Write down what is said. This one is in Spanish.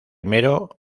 luego